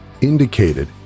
indicated